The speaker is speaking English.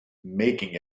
making